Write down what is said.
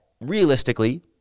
realistically